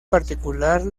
particular